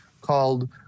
called